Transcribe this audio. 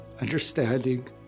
understanding